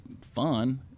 fun